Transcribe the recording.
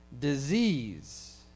Disease